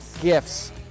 gifts